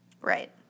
Right